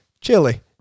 Chili